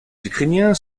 ukrainiens